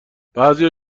بعضیا